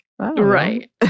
Right